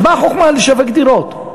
אז מה החוכמה לשווק דירות?